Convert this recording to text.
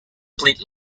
played